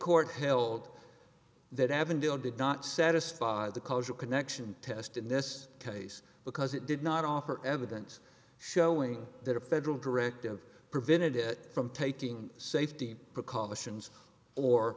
court held that avondale did not satisfy the cultural connection test in this case because it did not offer evidence showing that a federal directive prevented it from taking safety precautions or